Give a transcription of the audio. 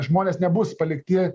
žmonės nebus palikti